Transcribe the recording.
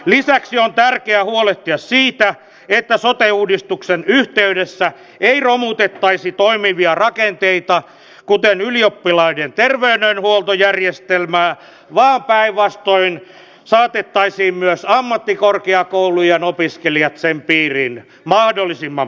lisäksi on tärkeää huolehtia siitä että sote uudistuksen yhteydessä ei romutettaisi toimivia rakenteita kuten ylioppilaiden terveydenhuoltojärjestelmää vaan päinvastoin saatettaisiin myös ammattikorkeakoulujen opiskelijat sen piiriin mahdollisimman pian